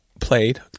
played